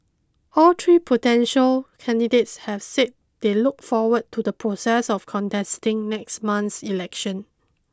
all three potential candidates have said they look forward to the process of contesting next month's election